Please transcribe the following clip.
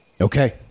Okay